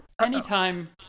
anytime